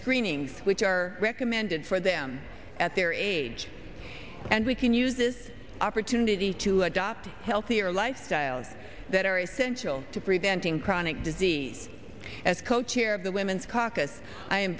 screenings which are recommended for them at their age and we can use is opportunity to adopt healthier lifestyles that are essential to preventing chronic disease as co chair of the women's